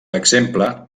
exemple